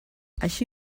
així